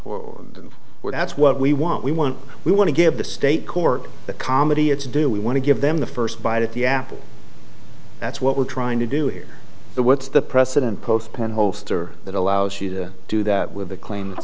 or where that's what we want we want we want to give the state court the comedy it's do we want to give them the first bite at the apple that's what we're trying to do here the what's the precedent postponed holster that allows you to do that with a claim that's